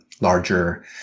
larger